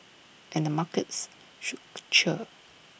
and the markets should cheer